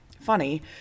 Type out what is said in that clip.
funny